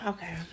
Okay